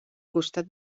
costat